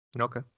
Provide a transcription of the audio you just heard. Okay